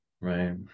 right